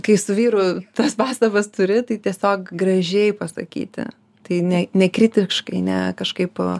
kai su vyru tas pastabas turi tai tiesiog gražiai pasakyti tai ne ne kritiškai ne kažkaip o